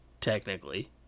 technically